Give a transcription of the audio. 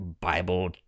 bible